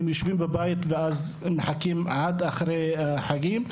הם יושבים בבית ומחכים עד אחרי החגים,